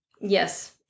Yes